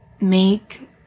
make